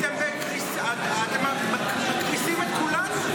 אתם מקריסים את כולנו.